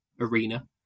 arena